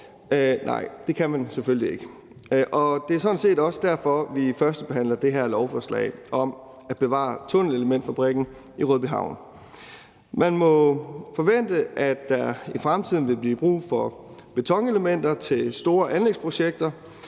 Nej, det kan man selvfølgelig ikke. Det er sådan set også derfor, vi førstebehandler det her lovforslag om at bevare tunnelelementfabrikken i Rødbyhavn. Man må forvente, at der i fremtiden vil blive brug for betonelementer til store anlægsprojekter;